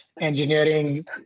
engineering